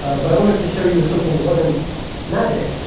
ah but i wanted to show you something that wasn't magic.